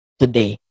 today